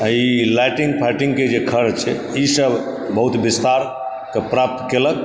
ई lighting फाइटिङ्गके जे खर्च ई सब बहुत विस्तारके प्राप्त केलक